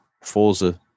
Forza